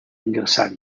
ingressar